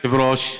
אדוני היושב-ראש,